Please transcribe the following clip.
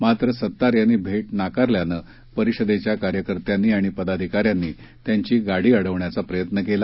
मात्र सत्तार यांनी भेट नाकारल्यानं परिषदेच्या कार्यकर्त्यांनी आणि पदाधिकाऱ्यांनी त्यांची गाडी अडवण्याचा प्रयत्न केला